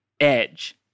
edge